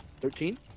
Thirteen